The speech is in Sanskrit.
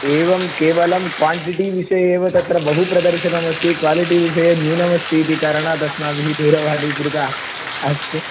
एवं केवलं क्वाण्टिटी विषये एव तत्र बहु प्रदर्शनमस्ति क्वालिटी विषये न्यूनमस्ति इति कारणाद् अस्माभिः दूरवाणी कृता अस्तु